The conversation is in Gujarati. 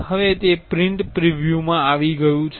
હવે તે પ્રિન્ટ પ્રિવ્યુ પર આવી ગયું છે